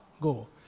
go